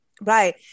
Right